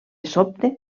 sobte